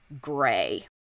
gray